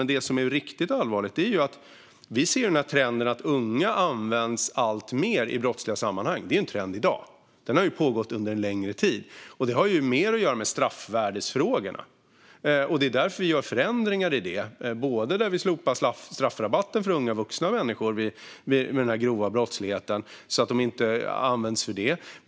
Men det som är riktigt allvarligt är att vi ser trenden att unga används alltmer i brottsliga sammanhang. Det är en trend i dag. Den har pågått under en längre tid. Det har mer att göra med straffvärdesfrågorna. Det är därför som vi gör förändringar i fråga om detta. Vi slopar straffrabatten för unga vuxna människor vid grov brottslighet så att de inte används för det.